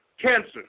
cancer